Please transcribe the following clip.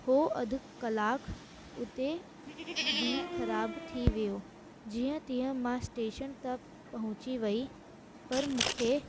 उहो अधु कलाकु उते बि ख़राबु थी वियो जीअं तीअं मां स्टेशन त पहुची वियमि पर मूंखे